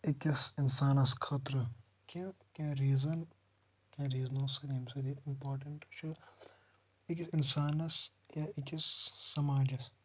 أکِس انسانس خٲطرٕ کہِ کیٛنٚہہ ریٖزَن کیٛنٚہہ ریٖزنَو سۭتۍ ییٚمہِ سۭتۍ یہِ اِمپاٹنٹ چھُ أکِس انسانس یا أکِس سماجَس